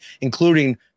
including